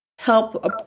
Help